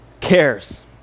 cares